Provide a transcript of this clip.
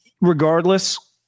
regardless